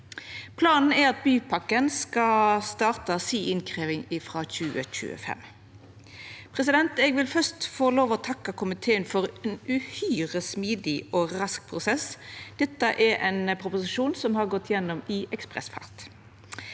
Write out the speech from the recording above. Planen er at bypakken skal starta innkrevjing frå 2025. Eg vil først få lov å takka komiteen for ein uhyre smidig og rask prosess. Dette er ein proposisjon som har gått gjennom i ekspressfart.